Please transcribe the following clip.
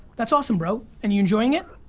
that's awesome, bro. and you're enjoying it?